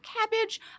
cabbage